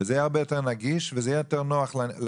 זה יהיה הרבה יותר נגיש וזה יהיה הרבה יותר נוח לנוסע,